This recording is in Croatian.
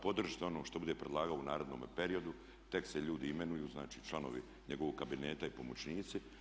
Podržite ono što bude predlagao u narednom periodu, tek se ljudi imenuju, znači članovi njegovog kabineta i pomoćnici.